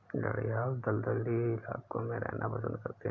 घड़ियाल दलदली इलाकों में रहना पसंद करते हैं